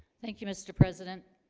thank you mr. president